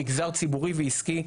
מגזר ציבורי ועסקי,